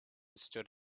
stood